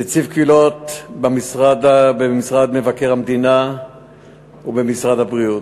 נציב קבילות במשרד מבקר המדינה ובמשרד הבריאות,